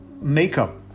makeup